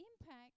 impact